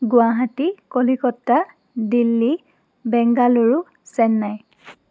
Guwahati Kolkata Delhi Bangalore Chennai